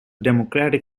democratic